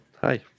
hi